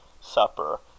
supper